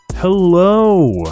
Hello